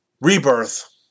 rebirth